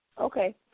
Okay